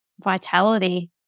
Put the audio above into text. Vitality